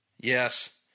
Yes